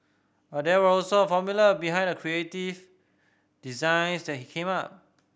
but there was also a formula behind the creative designs that he came up